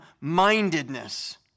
mindedness